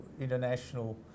international